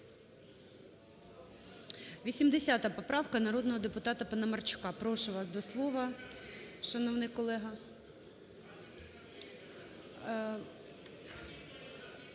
80 поправка народного депутата Паламарчука. Прошу вас до слова, шановний колего.